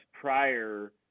prior